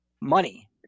money